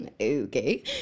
Okay